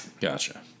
Gotcha